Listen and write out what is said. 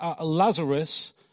Lazarus